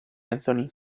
anthony